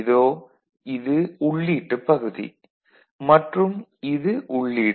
இதோ இது உள்ளீட்டுப் பகுதி மற்றும் இது உள்ளீடு